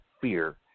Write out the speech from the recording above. fear